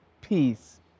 peace